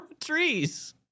trees